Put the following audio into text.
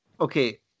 okay